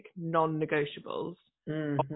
non-negotiables